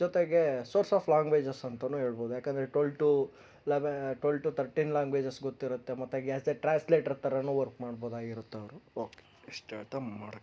ಜೊತೆಗೆ source of languages ಅಂತಲೂ ಹೇಳ್ಬೋದು ಏಕೆಂದರೆ twelve to eleven twelve to thirteen languages ಗೊತ್ತಿರುತ್ತೆ ಮತ್ತೆ ಆಸ್ ಆ ಟ್ರಾನ್ಸ್ಲೆಟರ್ ಥರವೂ ವರ್ಕ್ ಮಾಡ್ಬೋದಾಗಿರುತ್ತೆ ಅವರು ಇಷ್ಟು ಹೇಳ್ತಾ ಮಾಡುತ್ತೆ